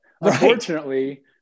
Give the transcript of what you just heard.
Unfortunately